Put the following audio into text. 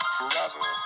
Forever